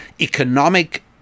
economic